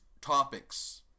topics